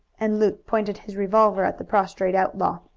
and luke pointed his revolver at the prostrate outlaw.